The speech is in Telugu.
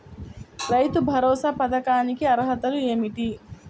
రైతు భరోసా పథకానికి అర్హతలు ఏమిటీ?